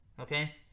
Okay